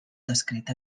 descrita